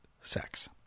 sex